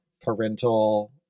parental